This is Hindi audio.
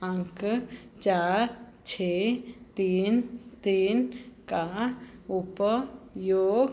अंक चार छः तीन तीन का उपयोग